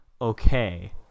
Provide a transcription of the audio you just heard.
okay